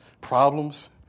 problems